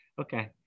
okay